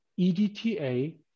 EDTA